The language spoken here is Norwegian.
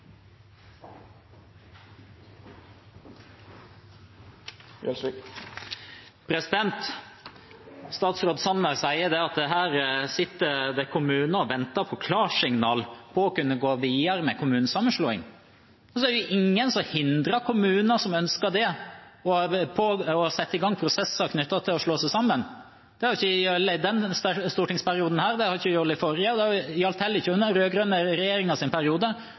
Gjelsvik har hatt ordet to gonger tidlegare og får ordet til ein kort merknad, avgrensa til 1 minutt. Statsråd Sanner sier at det sitter kommuner og venter på klarsignal for å kunne gå videre med kommunesammenslåing. Det er ingen som hindrer kommuner som ønsker å sette i gang prosesser for å slå seg sammen. Det har ikke gjeldt i denne stortingsperioden, det har ikke gjeldt i den forrige, og det gjaldt heller ikke i den rød-grønne regjeringens periode.